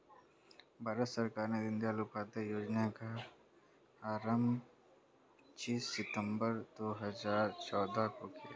भारत सरकार ने दीनदयाल उपाध्याय योजना का आरम्भ पच्चीस सितम्बर दो हज़ार चौदह को किया